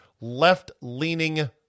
left-leaning